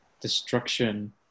destruction